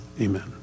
amen